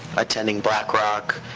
attending black rock,